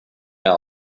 mehr